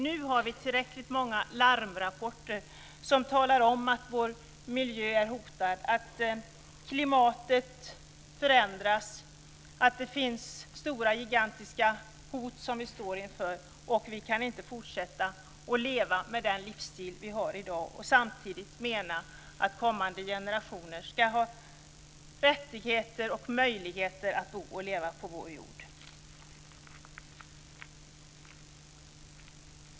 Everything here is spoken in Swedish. Nu har vi tillräckligt många larmrapporter som talar om att vår miljö är hotad, att klimatet förändras, att vi står inför gigantiska hot. Vi kan inte fortsätta att leva med den livsstil som vi har i dag och samtidigt mena att kommande generationer ska ha rättigheter och möjligheter att bo och leva på vår jord.